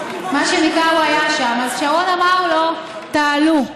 מה שנקרא, הוא היה שם, אז שרון אמר לו: תעלו.